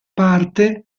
parte